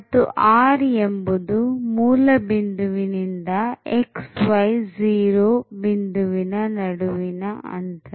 ಮತ್ತು r ಎಂಬುದು ಮೂಲ ಬಿಂದುವಿನಿಂದ xy0 ಬಿಂದುವಿನ ನಡುವಿನ ಅಂತರ